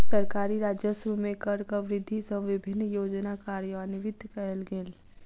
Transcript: सरकारी राजस्व मे करक वृद्धि सँ विभिन्न योजना कार्यान्वित कयल गेल